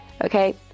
Okay